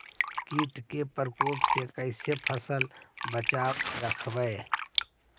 कीट के परकोप से कैसे फसल बचाब रखबय?